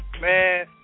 Man